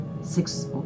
Six